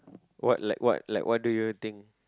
what like what like what do you think